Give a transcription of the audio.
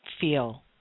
feel